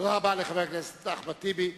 תודה רבה לחבר הכנסת אחמד טיבי.